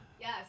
Yes